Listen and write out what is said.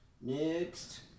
Next